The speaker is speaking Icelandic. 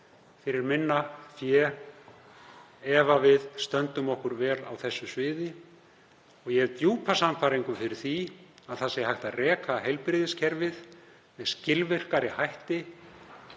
fyrir minna fé ef við stöndum okkur vel á þessu sviði. Ég hef djúpa sannfæringu fyrir því að hægt sé að reka heilbrigðiskerfið með skilvirkari hætti,